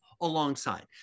alongside